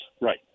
Right